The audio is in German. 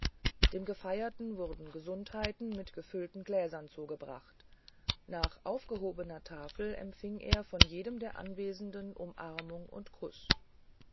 dem gefeierten wurden gesundheiten mit gefüllten gläsern zugebracht nach aufgehobener tafel empfing er von jedem der anwesenden umarmung und kuß